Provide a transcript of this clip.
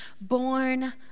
born